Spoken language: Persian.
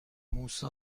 موسی